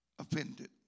offended